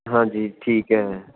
ਹਾਂਜੀ ਠੀਕ ਹੈ